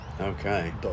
Okay